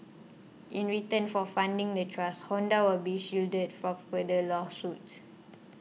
in return for funding the trust Honda will be shielded from further lawsuits